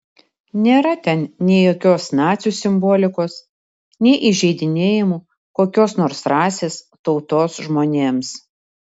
nėra ten nei jokios nacių simbolikos nei įžeidinėjimų kokios nors rasės tautos žmonėms